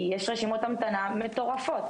כי יש רשימות המתנה מטורפות,